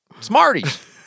Smarties